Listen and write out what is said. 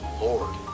Lord